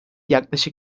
yaklaşık